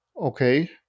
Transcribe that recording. okay